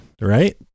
right